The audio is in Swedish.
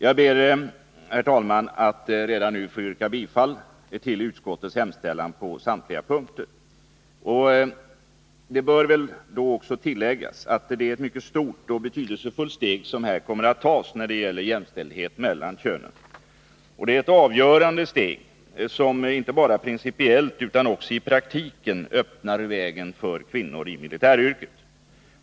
Jag ber, herr talman, redan nu att få yrka bifall till utskottets hemställan på samtliga punkter. Det bör tilläggas att det är ett mycket stort och betydelsefullt steg som här kommer att tas när det gäller jämställdhet mellan könen. Det är ett avgörande steg som inte bara principiellt utan också i praktiken öppnar vägen för kvinnor till militäryrket.